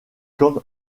comme